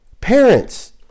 Parents